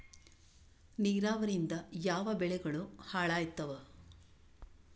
ನಿರಾವರಿಯಿಂದ ಯಾವ ಬೆಳೆಗಳು ಹಾಳಾತ್ತಾವ?